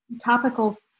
topical